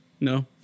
No